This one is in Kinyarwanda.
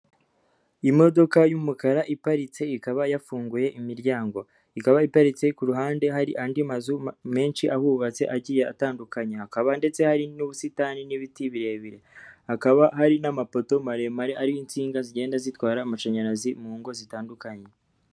Imodoka y'umukara iparitse ikaba yafunguye imiryango. Ikaba iparitse ku ruhande hari andi mazu ma menshi ahubatse agiye atandukanye hakaba ndetse hari n'ubusitani n'ibiti birebire. Hakaba hari n'amapoto maremare ariho insinga zigenda zitwara amashanyarazi mu ngo zitandukanye.